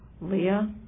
Leah